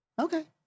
okay